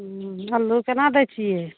अल्लू कोना दै छिए